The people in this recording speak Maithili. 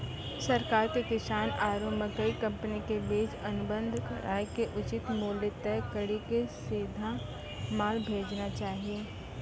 सरकार के किसान आरु मकई कंपनी के बीच अनुबंध कराय के उचित मूल्य तय कड़ी के सीधा माल भेजना चाहिए?